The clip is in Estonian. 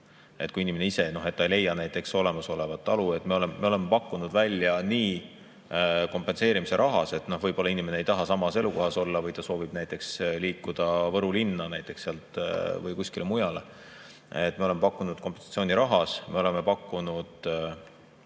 kui inimene ise ei leia näiteks olemasolevat talu. Me oleme pakkunud välja kompenseerimise rahas, et no võib-olla inimene ei taha samas elukohas olla või ta soovib näiteks liikuda Võru linna või kuskile mujale. Me oleme pakkunud kompensatsiooni rahas, me oleme pakkunud